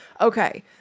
Okay